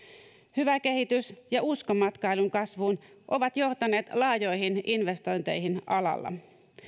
hyvä kehitys ja usko matkailun kasvuun ovat johtaneet laajoihin investointeihin alalla